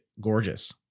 gorgeous